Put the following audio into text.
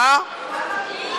גם בבקעה.